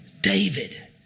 David